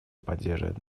поддерживает